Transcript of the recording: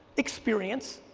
experience,